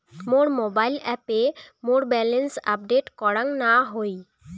মোর mobile অ্যাপে মোর balance update করাং না হই